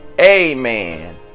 Amen